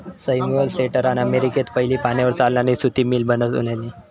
Samuel स्लेटरान अमेरिकेत पयली पाण्यार चालणारी सुती मिल बनवल्यानी